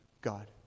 God